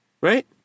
Right